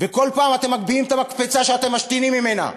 וכל פעם את מגביהים את המקפצה שאתם משתינים ממנה.